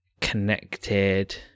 connected